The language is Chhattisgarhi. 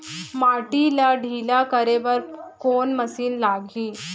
माटी ला ढिल्ला करे बर कोन मशीन लागही?